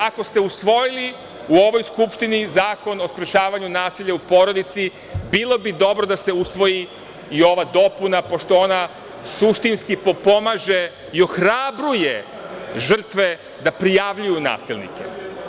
Ako ste usvojili u ovoj Skupštini Zakon o sprečavanju nasilja u porodici, bilo bi dobro da se usvoji i ova dopuna pošto ona suštinski potpomaže i ohrabruje žrtve da prijavljuju nasilnike.